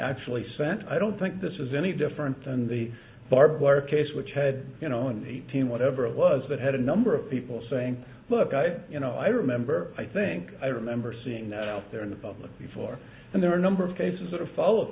actually sent i don't think this is any different than the barbwire case which had you know an eighteen whatever it was that had a number of people saying look i you know i remember i think i remember seeing that out there in the public before and there are a number of cases sort of follow